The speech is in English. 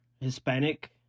Hispanic